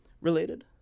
related